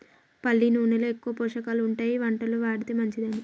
పల్లి నూనెలో ఎక్కువ పోషకాలు ఉంటాయి వంటలో వాడితే మంచిదని